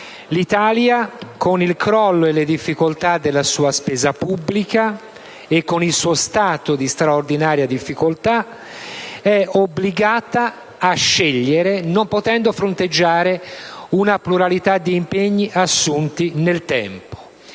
L'Italia, con il crollo e le difficoltà della sua spesa pubblica e con il suo stato di straordinaria difficoltà, è obbligata a scegliere, non potendo fronteggiare una pluralità di impegni assunti nel tempo.